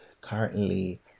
currently